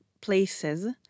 places